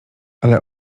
ale